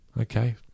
Okay